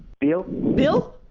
bill. bill?